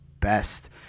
best